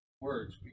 words